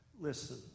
listen